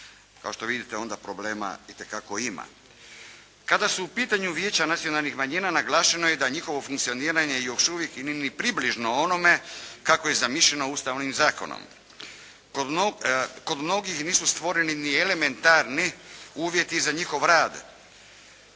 Kao što vidite, onda problema itekako ima. Kada su u pitanju vijeća nacionalnih manjina naglašeno je da njihovo funkcioniranje još uvijek nije ni približno onome kako je zamišljeno Ustavnim zakonom. Kod mnogih nisu stvoreni ni elementarni uvjeti za njihov rad